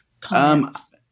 comments